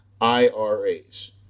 IRAs